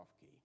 key